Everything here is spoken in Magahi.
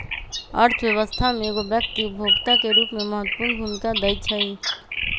अर्थव्यवस्था में एगो व्यक्ति उपभोक्ता के रूप में महत्वपूर्ण भूमिका दैइ छइ